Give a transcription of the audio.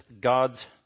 gods